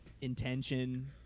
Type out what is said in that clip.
intention